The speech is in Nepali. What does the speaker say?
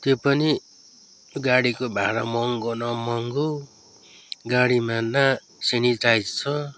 त्यो पनि गाडीको भाडा महँगो न महँगो गाडीमा न सेनिटाइज छ